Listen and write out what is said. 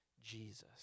Jesus